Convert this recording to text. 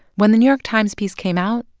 when the new york times piece came out,